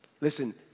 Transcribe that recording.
listen